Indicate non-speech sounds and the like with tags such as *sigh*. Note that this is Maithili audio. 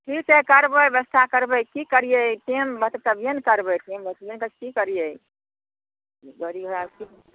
ठीक छै करबै ब्यबस्था करबै की करिऐ टाइम होयतै तभिए ने करबै टाइम नै तऽ की करिऐ गाड़ी *unintelligible*